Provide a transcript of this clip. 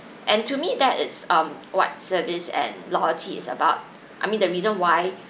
and to me that is um what service and loyalty is about I mean the reason why